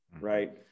Right